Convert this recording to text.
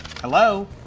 Hello